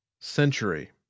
Century